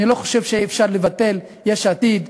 אני לא חושב שאפשר לבטל: יש עתיד,